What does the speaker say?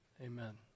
Amen